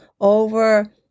Over